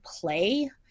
play